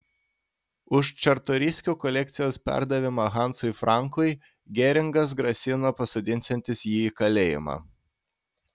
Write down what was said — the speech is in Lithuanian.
už čartoriskių kolekcijos perdavimą hansui frankui geringas grasino pasodinsiantis jį į kalėjimą